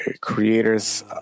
Creator's